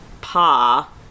pa